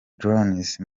drones